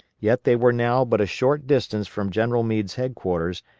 yet they were now but a short distance from general meade's headquarters,